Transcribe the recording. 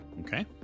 okay